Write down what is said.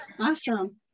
Awesome